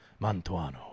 Mantuano